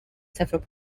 several